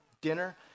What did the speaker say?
dinner